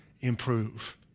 improve